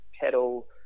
pedal